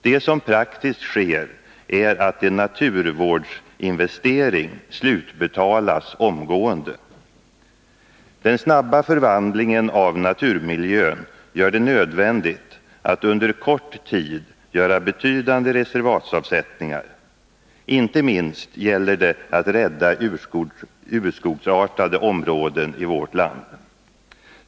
Det som praktiskt sker är att en naturvårdsinvestering slutbetalas omgående. Den snabba förvandlingen av naturmiljön gör det nödvändigt att under kort tid göra betydande reservatsavsättningar. Inte minst gäller det att rädda urskogsartade områden i vårt land.